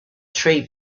tree